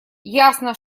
ясно